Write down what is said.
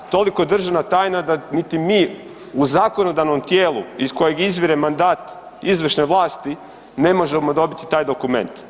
Toliko državna tajna da niti mi u zakonodavnom tijelu iz kojeg izvire mandat izvršne vlasti, ne možemo dobiti taj dokument.